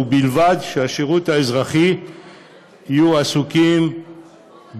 ובלבד שהשירות האזרחי יהיה בעיקר